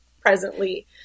presently